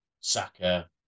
Saka